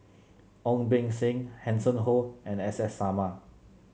Ong Beng Seng Hanson Ho and S S Sarma